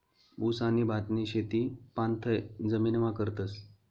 ऊस आणि भातनी शेती पाणथय जमीनमा करतस